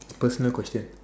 a personal question